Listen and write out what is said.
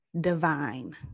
divine